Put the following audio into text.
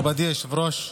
מכובדי היושב-ראש,